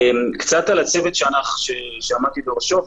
קצת על הצוות שעמדתי בראשו.